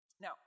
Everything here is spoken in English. Now